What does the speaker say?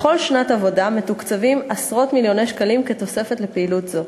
בכל שנת עבודה מתוקצבים עשרות מיליוני שקלים כתוספת לפעילות זו.